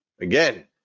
Again